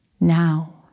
now